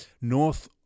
north